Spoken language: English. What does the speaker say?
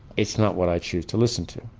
it's not what i choose to listen to.